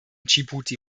dschibuti